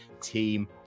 team